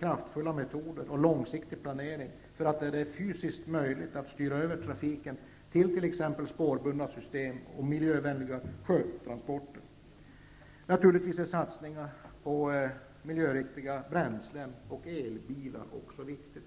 kraftfulla metoder och långsiktig planering används, för att, där det är fysiskt möjligt, styra över trafiken till spårbundna system och miljövänliga sjötransporter. Naturligtvis är satsningar på nya miljöriktiga bränslen och elbilar också viktiga.